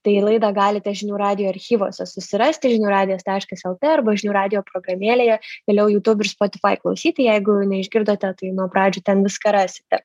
tai laidą galite žinių radijo archyvuose susirasti žinių radijas taškas lt arba žinių radijo programėlėje vėliau jutūb ir spotifai klausyti jeigu neišgirdote tai nuo pradžių ten viską rasite